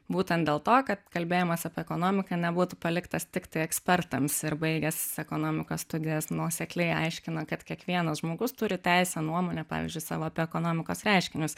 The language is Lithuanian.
būtent dėl to kad kalbėjimas apie ekonomiką nebūtų paliktas tiktai ekspertams ir baigęs ekonomikos studijas nuosekliai aiškina kad kiekvienas žmogus turi teisę nuomonę pavyzdžiui savo apie ekonomikos reiškinius